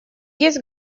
есть